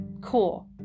cool